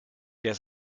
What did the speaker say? der